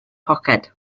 poced